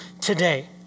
today